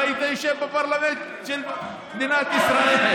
לא היית יושב בפרלמנט של מדינת ישראל.